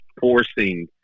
forcing